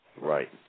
Right